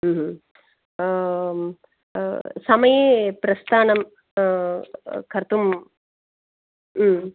समये प्रस्थानं कर्तुं